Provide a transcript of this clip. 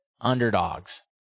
underdogs